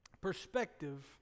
perspective